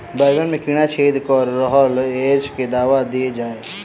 बैंगन मे कीड़ा छेद कऽ रहल एछ केँ दवा देल जाएँ?